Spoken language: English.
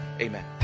amen